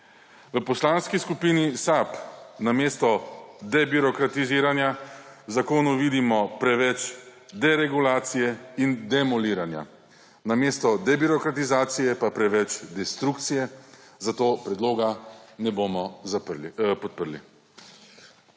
V Poslanski skupini SAB namesto debirokratiziranja zakonov vidimo preveč deregulacije in demoliranja namesto debirokratizacije pa preveč destrukcije, zato predloga ne bomo podprli.